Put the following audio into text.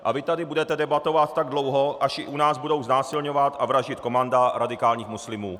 A vy tady budete debatovat tak dlouho, až i u nás budou znásilňovat a vraždit komanda radikálních muslimů.